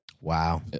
Wow